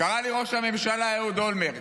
קרא לי ראש הממשלה אהוד אולמרט,